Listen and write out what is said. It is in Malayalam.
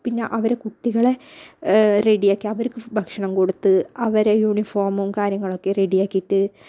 പിന്നെ അവരെ കുട്ടികളെ റെഡി ആക്കി അവർക്ക് ഭക്ഷണം കൊടുത്ത് അവരെ യൂണിഫോമും കാര്യങ്ങളും ഒക്കെ റെഡി ആക്കിയിട്ട്